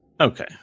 Okay